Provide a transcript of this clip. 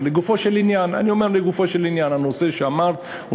אבל אני אומר לגופו של עניין: הדבר שאמרת הוא